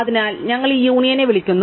അതിനാൽ ഞങ്ങൾ ഈ യൂണിയനെ വിളിക്കുന്നു